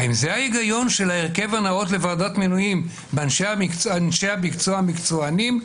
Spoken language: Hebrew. האם זה ההיגיון של ההרכב הנאות לוועדת מינויים באנשי המקצוע המקצוענים,